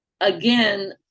again